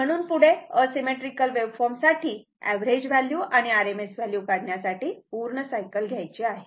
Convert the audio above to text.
म्हणून पुढे asymmetrical waveform साठी एव्हरेज व्हॅल्यू आणि RMS व्हॅल्यू काढण्यासाठी पूर्ण सायकल घ्यायची आहे